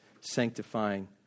sanctifying